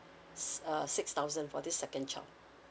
s~ uh six thousand for this second child